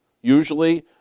usually